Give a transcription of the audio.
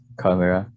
camera